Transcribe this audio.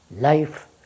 life